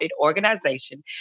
organization